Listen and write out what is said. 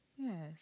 Yes